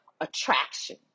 attraction